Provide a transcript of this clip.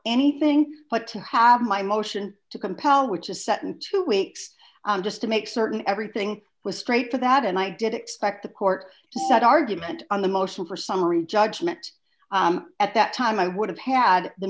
anything but to have my motion to compel which is set in two weeks just to make certain everything was straight to that and i did expect the court that argument on the motion for summary judgment at that time i would have had the